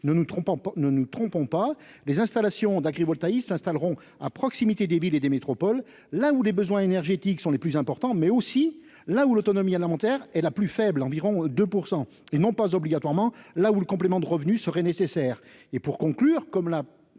Ne nous y trompons pas, les installations d'agrivoltaïsme se feront à proximité des villes et des métropoles, là où les besoins énergétiques sont les plus importants, mais aussi là où l'autonomie alimentaire est la plus faible- avec un niveau proche de 2 %-, et non pas obligatoirement là où un complément de revenu pour les